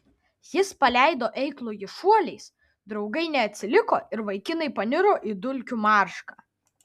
jis paleido eiklųjį šuoliais draugai neatsiliko ir vaikinai paniro į dulkių maršką